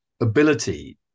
ability